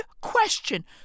question